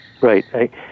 Right